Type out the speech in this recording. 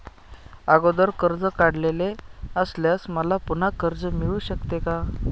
अगोदर कर्ज काढलेले असल्यास मला पुन्हा कर्ज मिळू शकते का?